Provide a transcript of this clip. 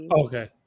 Okay